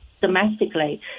domestically